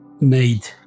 made